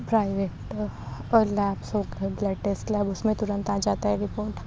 private اور labs ہو گئے بلڈ ٹیسٹ لیب اس میں ترنت آ جاتا ہے رپورٹ